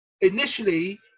initially